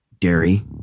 dairy